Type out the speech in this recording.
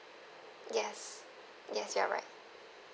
yes yes you're right